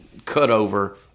cutover